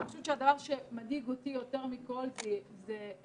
אני חושבת שהדבר שמדאיג אותי יותר מכול זה איבוד